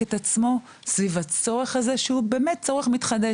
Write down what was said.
את עצמו סביב הצורך הזה שהוא באמת צורך מתחדש.